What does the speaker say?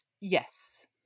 Yes